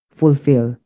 fulfill